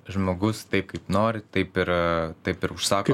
žmogus taip kaip nori taip ir taip ir užsako